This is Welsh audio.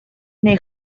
neu